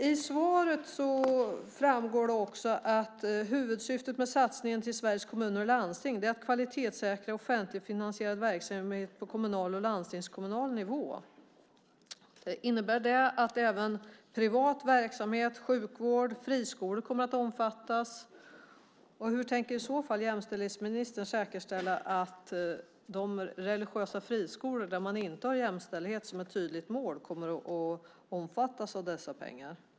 I svaret framgår också att huvudsyftet med satsningen till Sveriges Kommuner och Landsting är att kvalitetssäkra offentligfinansierad verksamhet på kommunal och landstingskommunal nivå. Innebär det att även privat verksamhet som sjukvård och friskolor kommer att omfattas? Hur tänker i så fall jämställdhetsministern säkerställa att de religiösa friskolor där man inte har jämställdhet som ett tydligt mål kommer att omfattas av dessa pengar?